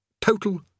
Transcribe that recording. Total